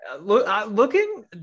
Looking